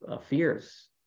fears